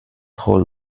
hold